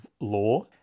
law